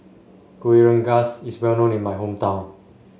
Kuih Rengas is well known in my hometown